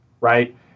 right